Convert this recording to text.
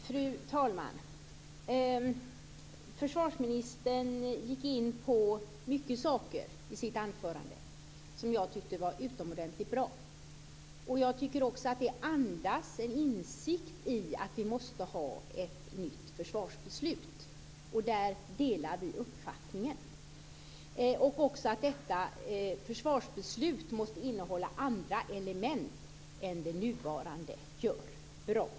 Fru talman! Försvarsministern gick in på många saker i sitt anförande som jag tycker var utomordentligt bra. Jag tycker också att det andas en insikt om att vi måste ha ett nytt försvarsbeslut. Där delar vi uppfattning. Vi delar också uppfattningen att detta försvarsbeslut måste innehålla andra element än det nuvarande. Det är bra.